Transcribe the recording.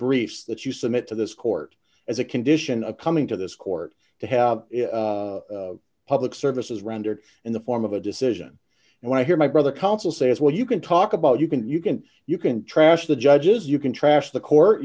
briefs that you submit to this court as a condition of coming to this court to have public services rendered in the form of a decision and when i hear my brother counsel say what you can talk about you can you can you can trash the judges you can trash the court